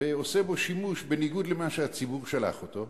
ועושה בו שימוש בניגוד למה שהציבור שלח אותו,